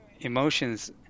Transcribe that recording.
emotions